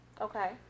Okay